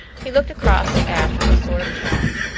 he looked across at ashe with a sort of challenge,